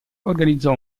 organizzò